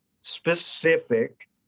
specific